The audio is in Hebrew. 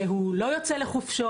שהוא לא יוצא לחופשות.